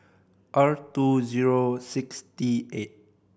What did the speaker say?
R two zero six T eight